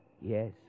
Yes